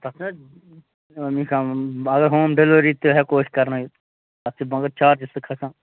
تَتھ چھِ اگر ہوم ڈیلؤری تہِ ہٮ۪کو أسۍ کَرنٲیِتھ تتھ چھِ مگر چارجِز تہِ کھَسان